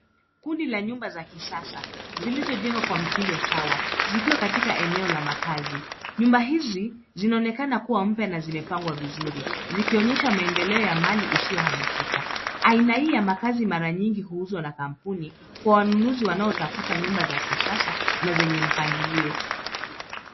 Kundi la nyumba za kisasa , zilizojengwa kwa mtindo sawa zikiwa katika eneo la makazi. Nyumba hizi zinaonekana kuwa mpya na zimepangwa vizuri, zikionyesha maendeleo ya mali isiyoambishika. Aina hii ya makazi mara nyingi huuzwa na kampuni kwa wanunuzi wanaotafuta nyumba za kisasa na zenye mpangilio.